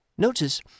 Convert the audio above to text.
Notice